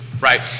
right